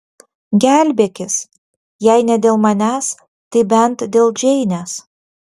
gelbėkis jei ne dėl manęs tai bent dėl džeinės